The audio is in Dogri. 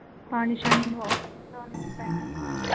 पानी शानी नोआओ